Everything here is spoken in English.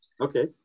Okay